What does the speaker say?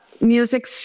music